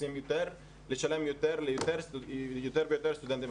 רוצים לשלם יותר ליותר ויותר סטודנטים,